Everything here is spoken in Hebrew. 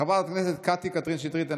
חברת הכנסת קטי קטרין שטרית,